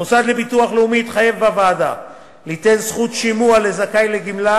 המוסד לביטוח לאומי התחייב בוועדה ליתן זכות שימוע לזכאי לגמלה,